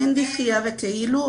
אין דחיה בכאלו,